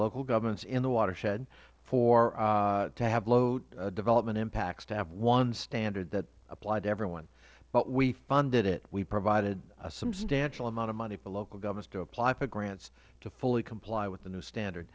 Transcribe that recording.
local governments in the watershed to have low development impacts to have one standard that applied to everyone but we funded it we provided a substantial amount of money for local governments to apply for grants to fully comply with the new standard